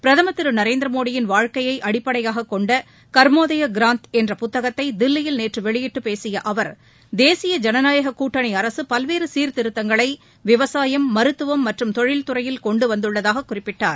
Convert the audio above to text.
பிரதமர் திரு நரேந்திரமோடியின் வாழ்க்கையை அடிப்படையாக கொண்ட கர்மயோதா கிராந்த் என்ற புத்தகத்தை தில்லியில் நேற்று வெளியிட்டு பேசிய அவர் தேசிய ஜனநாயக கூட்டணி அரசு பல்வேறு சீர்திருத்தங்களை விவசாயம் மருத்துவம் மற்றும் தொழில்துறையில் கொண்டுவந்துள்ளதாக குறிப்பிட்டார்